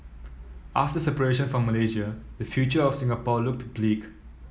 after separation from Malaysia the future of Singapore looked bleak